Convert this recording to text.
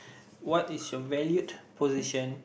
what is your valued position